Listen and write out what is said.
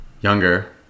Younger